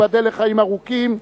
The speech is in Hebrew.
ייבדל לחיים ארוכים,